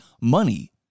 money